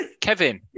Kevin